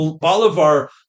Bolivar